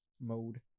mode